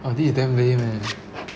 !wah! this is damn lame eh